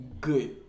good